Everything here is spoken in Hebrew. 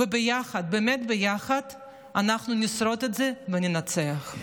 וביחד, באמת ביחד, אנחנו נשרוד את זה וננצח.